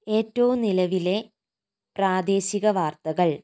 ഏറ്റവും നിലവിലെ പ്രാദേശികവാർത്തകൾ